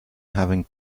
having